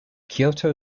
kyoto